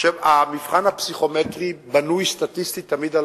שהמבחן הפסיכומטרי בנוי סטטיסטית תמיד על